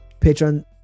patreon